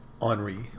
Henri